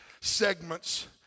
segments